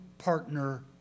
partner